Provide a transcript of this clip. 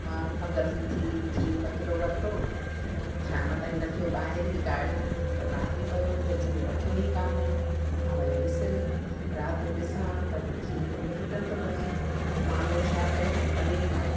हा मूंखां ग़लती थी खीरु ॿ किलो वरितो शाम ताईं रखियो ॿाहिरि ई काढ़ियुमि त ॿाहिरि ई पियो हुयो फिरिज में रखियो ई कान त मूंखां वियो विसिरी राति जो ॾिसां त वरी खीरु त फिटलु थो लॻे पोइ मां उन जो छा कयो पनीर ठाहियो